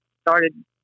started